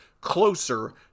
closer